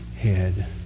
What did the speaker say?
head